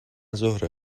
زهره